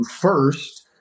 first